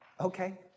Okay